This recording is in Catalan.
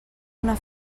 una